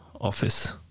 office